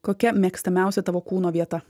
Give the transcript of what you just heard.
kokia mėgstamiausia tavo kūno vieta